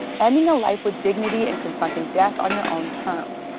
ending a life with dignity and confronting death on your own terms.